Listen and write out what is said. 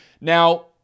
Now